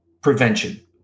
prevention